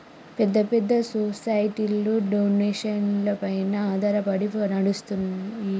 పెద్ద పెద్ద సొసైటీలు డొనేషన్లపైన ఆధారపడి నడుస్తాయి